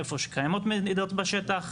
איפה שקיימות מדידות בשטח,